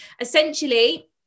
essentially